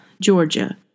Georgia